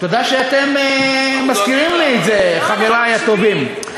תודה שאתם מזכירים לי את זה, חברי הטובים.